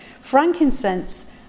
Frankincense